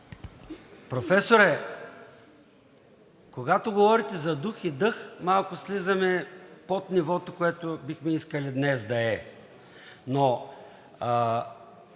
Професоре, когато говорите за дух и дъх, малко слизаме под нивото, което бихме искали да е